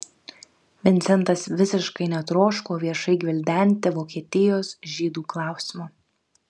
vincentas visiškai netroško viešai gvildenti vokietijos žydų klausimo